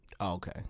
Okay